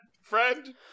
friend